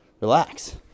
Relax